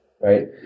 Right